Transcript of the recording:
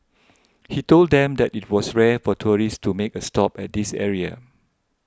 he told them that it was rare for tourists to make a stop at this area